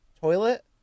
toilet